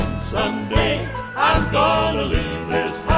some day i'm gonna leave this